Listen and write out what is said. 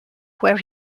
where